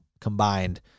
combined